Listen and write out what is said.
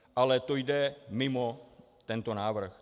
Ale to jde mimo tento návrh.